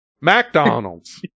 McDonald's